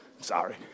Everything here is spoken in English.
Sorry